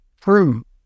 true